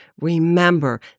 remember